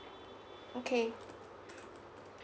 okay